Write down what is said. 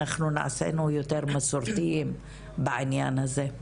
אנחנו נעשינו יותר מסורתיים בעניין הזה.